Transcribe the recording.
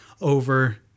over